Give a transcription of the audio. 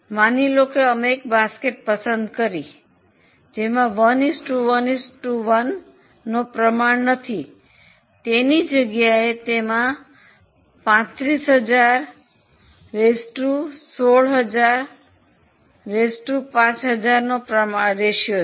માની લો કે અમે એક બાસ્કેટ્ પસંદ કરી જેમાં 1 1 1 નો પ્રમાણ નથી તેની જગ્યાએ તેમાં 35000160005000 નો પ્રમાણ છે